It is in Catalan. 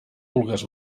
vulgues